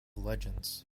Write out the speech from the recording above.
legends